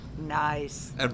Nice